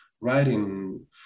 writing